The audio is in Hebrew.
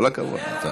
כל הכבוד.